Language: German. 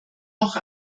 noch